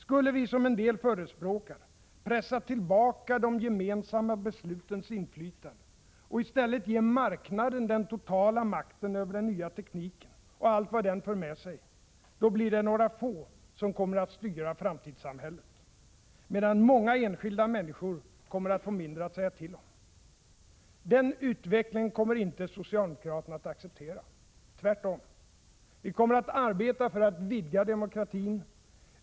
Skulle vi, som en del förespråkar, pressa tillbaka de gemensamma beslutens inflytande och i stället ge marknaden den totala makten över den nya tekniken och allt vad den för med sig, då blir det några få som kommer att styra framtidssamhället, medan många enskilda människor kommer att få mindre att säga till om. Den utvecklingen kommer inte socialdemokraterna att acceptera. Tvärtom. Vi kommer att arbeta för att vidga demokratin.